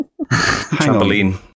trampoline